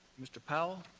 mr. powell.